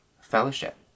fellowship